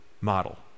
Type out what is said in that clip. model